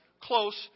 close